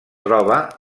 troba